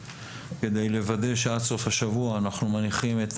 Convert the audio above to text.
כדי לוודא שעד סוף השבוע אנחנו מניחים את